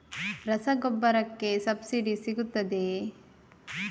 ರಸಗೊಬ್ಬರಕ್ಕೆ ಸಬ್ಸಿಡಿ ಸಿಗುತ್ತದೆಯೇ?